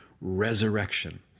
resurrection